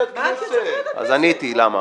אז עניתי למה.